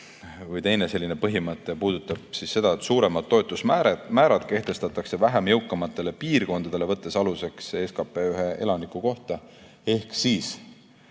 Teine eesmärk või põhimõte puudutab seda, et suuremad toetusmäärad kehtestatakse vähem jõukamatele piirkondadele, võttes aluseks SKT ühe elaniku kohta. Ehk neis